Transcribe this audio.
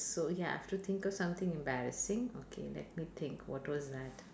so ya I've to think of something embarrassing okay let me think what was that